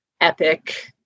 epic